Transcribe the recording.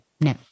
no